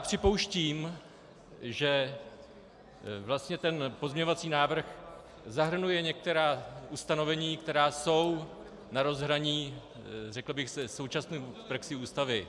Připouštím, že vlastně ten pozměňovací návrh zahrnuje některá ustanovení, která jsou na rozhraní řekl bych se současnou praxí Ústavy.